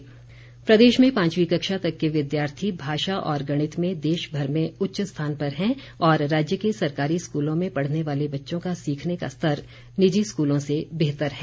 report प्रदेश में पांचवीं कक्षा तक के विद्यार्थी भाषा और गणित में देशभर में उच्च स्थान पर हैं और राज्य के सरकारी स्कूलों में पढ़ने वाले बच्चों का सीखने का स्तर निजी स्कूलों से बेहतर है